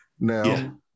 now